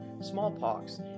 smallpox